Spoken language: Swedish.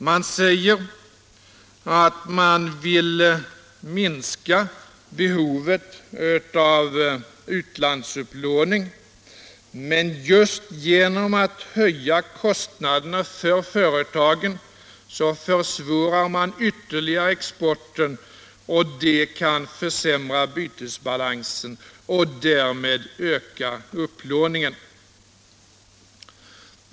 Man säger att man vill minska behovet av utlandsupplåning, men genom att höja kostnaderna för företagen försvårar man ytterligare exporten och det kan försämra bytesbalansen och därmed öka upplåningen.